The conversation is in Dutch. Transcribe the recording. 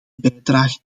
bijdrage